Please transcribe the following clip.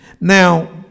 Now